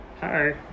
Hi